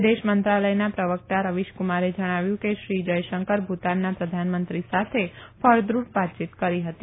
વિદેશ મંત્રાલયના પ્રવક્તા રવીશકુમારે જણાવ્યું કે શ્રી જયશંકર ભુતાનના પ્રધાનમંત્રી સાથે ફળદ્રુપ વાતચીત કરી હતી